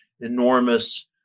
enormous